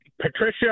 Patricia